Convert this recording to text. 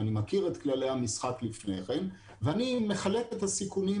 אני מכיר את כללי המשחק לפני כן ואני מחלק את הסיכונים